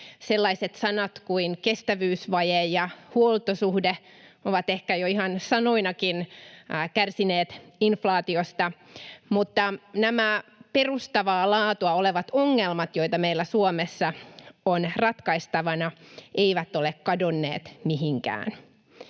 Sellaiset sanat kuin ”kestävyysvaje” ja ”huoltosuhde” ovat ehkä jo ihan sanoinakin kärsineet inflaatiosta, mutta nämä perustavaa laatua olevat ongelmat, joita meillä Suomessa on ratkaistavana, eivät ole kadonneet mihinkään.